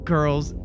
Girls